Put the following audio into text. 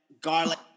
garlic